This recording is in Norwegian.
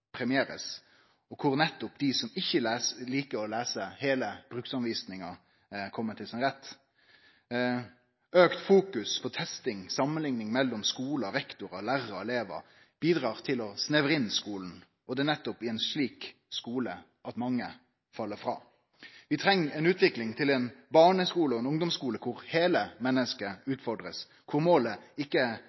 nettopp dei som ikkje likar å lese heile bruksrettleiinga, kjem til sin rett. Auka fokus på testing, samanlikning mellom skular, rektorar, lærarar og elevar, bidrar til å snevre inn skulen, og det er nettopp i ein slik skule at mange fell frå. Vi treng ei utvikling til ein barneskule og ein ungdomsskule der heile mennesket blir utfordra, der målet ikkje er